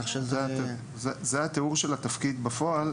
זהו התיאור של התפקיד בפועל.